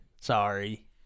Sorry